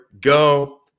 go